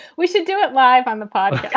we should do it live on the pod